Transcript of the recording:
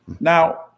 Now